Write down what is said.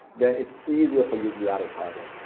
then it's easier for you to do advertising.